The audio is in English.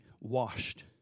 washed